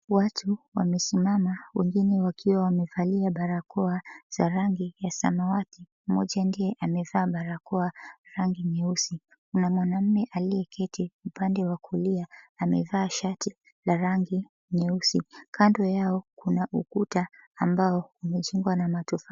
Watu wamesimama wengine wakiwa wamevalia barakoa za rangi ya samawati mmoja ndiye amevaa barakoa ya rangi nyeusi. Kuna mwanaume aliyeketi upande wa kulia amevaa shati la rangi nyeusi. Kando yao kuna ukuta ambao umejengwa na matofali.